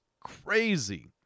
Crazy